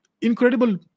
Incredible